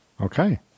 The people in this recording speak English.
okay